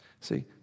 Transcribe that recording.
see